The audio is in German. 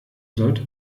sollte